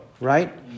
right